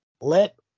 Let